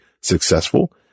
successful